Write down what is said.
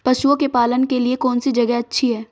पशुओं के पालन के लिए कौनसी जगह अच्छी है?